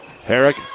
Herrick